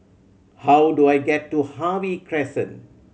how do I get to Harvey Crescent